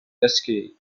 escape